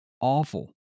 awful